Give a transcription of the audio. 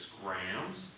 grams